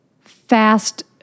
fast